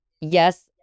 yes